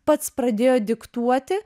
pats pradėjo diktuoti